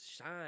shine